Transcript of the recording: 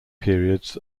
periods